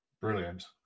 Brilliant